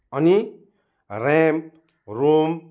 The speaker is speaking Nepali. अनि ऱ्याम रोम